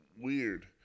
weird